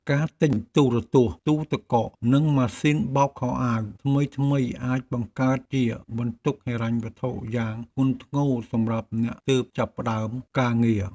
ការទិញទូរទស្សន៍ទូទឹកកកនិងម៉ាស៊ីនបោកខោអាវថ្មីៗអាចបង្កើតជាបន្ទុកហិរញ្ញវត្ថុយ៉ាងធ្ងន់ធ្ងរសម្រាប់អ្នកទើបចាប់ផ្ដើមការងារ។